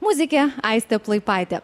muzikė aistė plaipaitė